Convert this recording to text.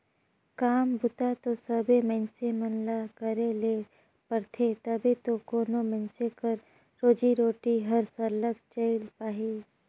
काम बूता दो सबे मइनसे मन ल करे ले परथे तबे दो कोनो मइनसे कर रोजी रोटी हर सरलग चइल पाही